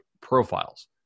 profiles